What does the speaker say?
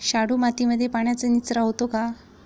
शाडू मातीमध्ये पाण्याचा निचरा होतो का?